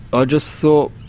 i just thought,